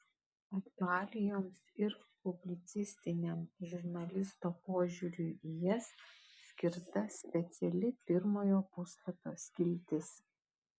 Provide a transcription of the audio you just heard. aktualijoms ir publicistiniam žurnalisto požiūriui į jas skirta speciali pirmojo puslapio skiltis